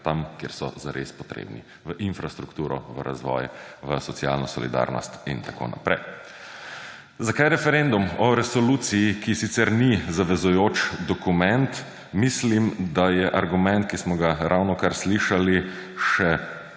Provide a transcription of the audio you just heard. tja, kjer so zares potrebni: v infrastrukturo, razvoj, socialno solidarnost in tako naprej. Zakaj referendum o resoluciji, ki sicer ni zavezujoč dokument? Mislim, da je argument, ki smo ga ravnokar slišali, še